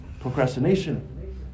Procrastination